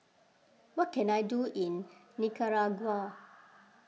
what can I do in Nicaragua